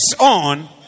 on